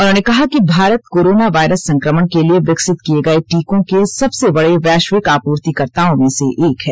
उन्होंने कहा कि भारत कोरोना वायरस संक्रमण के लिए विकसित किए गए टीकों के सबसे बड़े वैश्विक आपूर्तिकर्ताओं में से एक है